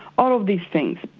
all of these things.